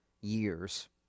years